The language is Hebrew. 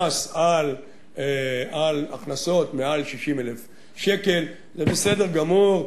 על הכנסות מעל 60,000 שקל זה בסדר גמור,